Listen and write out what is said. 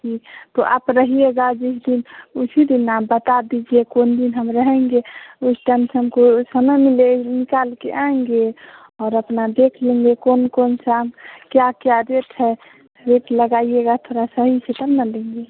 जी तो आप रहिएगा जिस दिन उसी दिन ना आप बता दीजिए कोन दिन हम रहेंगे उस टाइम पर हमको समय मिले निकाल के आएँगे और अपना देख लेंगे कौन कौनसा आम क्या क्या रेट है रेट लगाइएगा थोड़ा सही से तब ना लेंगे